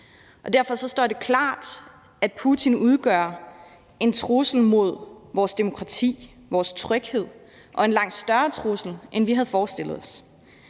derfor står det klart, at Putin udgør en trussel mod vores demokrati og vores tryghed og en langt større trussel, end vi havde forestillet os.